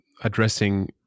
addressing